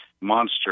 monster